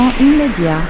immédiat